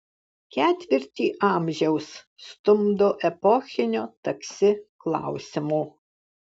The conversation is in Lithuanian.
ketvirtį amžiaus stumdo epochinio taksi klausimo